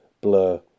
Blur